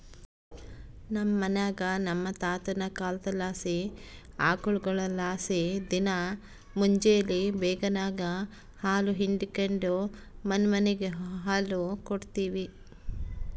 ನಮ್ ಮನ್ಯಾಗ ನಮ್ ತಾತುನ ಕಾಲದ್ಲಾಸಿ ಆಕುಳ್ಗುಳಲಾಸಿ ದಿನಾ ಮುಂಜೇಲಿ ಬೇಗೆನಾಗ ಹಾಲು ಹಿಂಡಿಕೆಂಡು ಮನಿಮನಿಗ್ ಹಾಲು ಕೊಡ್ತೀವಿ